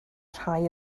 rhai